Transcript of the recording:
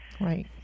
Right